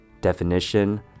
Definition